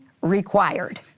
required